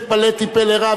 התפלאתי פלא רב,